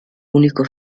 unico